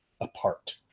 apart